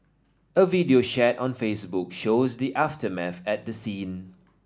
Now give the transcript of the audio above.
a video shared on Facebook shows the aftermath at the scene